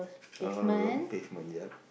on on the road pavement yup